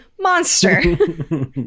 monster